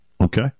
Okay